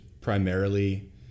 primarily